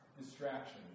distraction